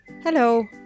Hello